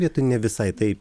vietoj ne visai taip